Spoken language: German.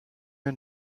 den